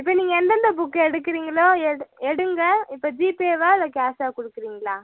இப்போ நீங்கள் எந்தெந்த புக்கு எடுக்குறீங்களோ எடு எடுங்கள் இப்போ ஜீ பேவா இல்லை கேஷா கொடுக்குறீங்களா